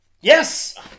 Yes